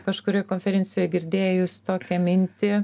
kažkurioj konferencijoj girdėjus tokią mintį